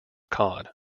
cod